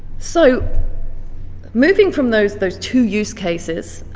so moving from those those two use cases,